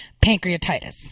Pancreatitis